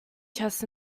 chests